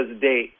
date